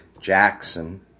Jackson